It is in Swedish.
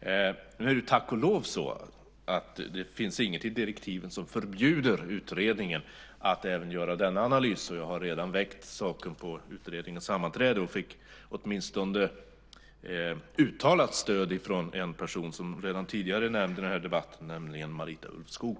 Nu är det tack och lov så att det finns ingenting i direktiven som förbjuder utredningen att även göra denna analys, och jag har redan väckt frågan på utredningens sammanträde och fick då uttalat stöd från åtminstone en person som redan tidigare är nämnd i den här debatten, nämligen Marita Ulvskog.